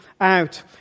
out